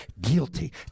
guilty